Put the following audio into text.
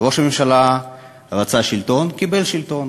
ראש הממשלה רצה שלטון, קיבל שלטון.